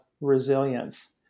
resilience